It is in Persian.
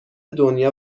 دنیا